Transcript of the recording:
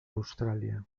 australia